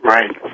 Right